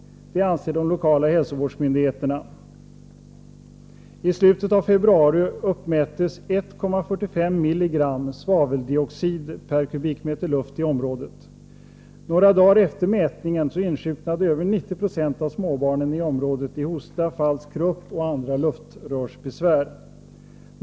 Det anser de lokala hälsovårdsmyndigheterna. I slutet av februari uppmättes 1,45 milligram svaveldioxid per kubikmeter luft i området. Några dagar efter mätningen insjuknade över 90 96 av småbarnen i området i hosta, falsk krupp och andra luftrörsbesvär.